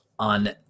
on